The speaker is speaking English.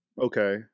Okay